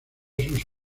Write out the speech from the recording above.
sus